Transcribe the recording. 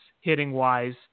hitting-wise